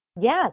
yes